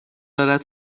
دارد